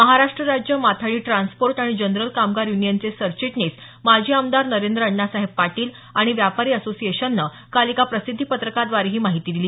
महाराष्ट राज्य माथाडी ट्रान्सपोर्ट आणि जनरल कामगार युनियनचे सरचिटणीस माजी आमदार नरेंद्र अण्णासाहेब पाटील आणि व्यापारी असोसिएशनने एका प्रसिद्धी पत्रकाद्वारे ही माहिती दिली